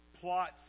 plots